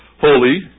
holy